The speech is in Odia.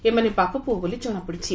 ଏମାନେ ବାପପୁଅ ବୋଲି ଜଶାପଡ଼ିଛି